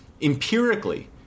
empirically